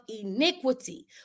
iniquity